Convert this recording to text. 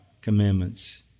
commandments